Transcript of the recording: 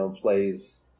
plays